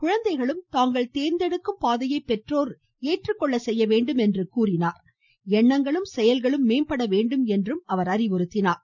குழந்தைகளும் தாங்கள் தேர்ந்தெடுக்கும் பாதையை பெற்றோர் ஏற்றுக்கொள்ள செய்ய வேண்டும் என்று கூறிய அவர் எண்ணங்களும் செயல்களும் மேம்பட வேண்டும் என்றார்